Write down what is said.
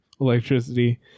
electricity